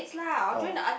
orh